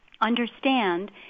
understand